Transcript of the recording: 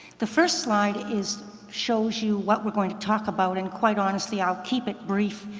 the first slide is shows you what we're going to talk about and quite honestly i'll keep it brief,